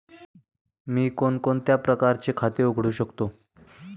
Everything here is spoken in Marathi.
मी कोणकोणत्या प्रकारचे खाते उघडू शकतो?